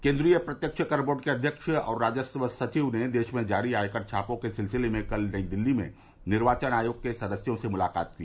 केन्द्रीय प्रत्यक्ष कर बोर्ड के अध्यक्ष और राजस्व सचिव ने देश में जारी आयकर छापों के सिलसिले में कल नई दिल्ली में निर्वाचन आयोग के सदस्यों से मुलाकात की